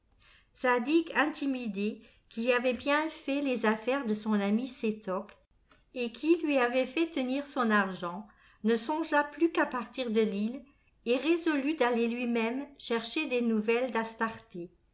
tue zadig intimidé qui avait bien fait les affaires de son ami sétoc et qui lui avait fait tenir son argent ne songea plus qu'à partir de l'île et résolut d'aller lui-même chercher des nouvelles